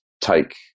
take